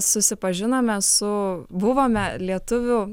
susipažinome su buvome lietuvių